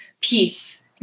peace